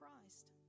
Christ